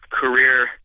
career